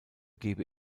gebe